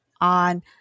on